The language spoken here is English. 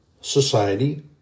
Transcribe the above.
society